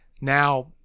Now